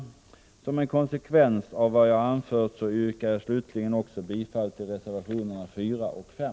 Som en konsekvens av vad jag anfört yrkar jag slutligen bifall också till reservationerna 4 och 5.